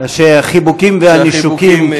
החיבוקים והנישוקים,